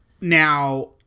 Now